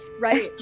right